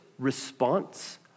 Response